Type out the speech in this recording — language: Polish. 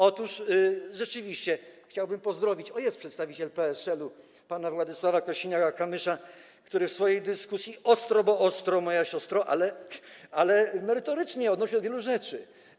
Otóż rzeczywiście chciałbym pozdrowić - o, jest przedstawiciel PSL-u - pana Władysława Kosiniaka-Kamysza, który w swojej dyskusji, ostro bo ostro, moja siostro, ale merytorycznie odnosił się do wielu rzeczy.